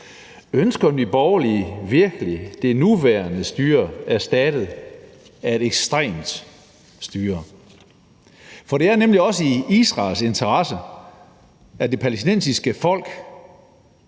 Ønsker Nye Borgerlige virkelig det nuværende styre erstattet af et ekstremt styre? For det er nemlig også i Israels interesse, at det palæstinensiske folk